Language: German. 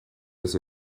dass